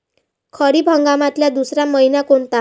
खरीप हंगामातला दुसरा मइना कोनता?